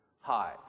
high